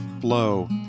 flow